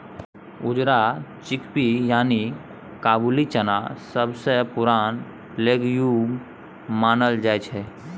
उजरा चिकपी यानी काबुली चना सबसँ पुरान लेग्युम मानल जाइ छै